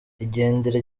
igendere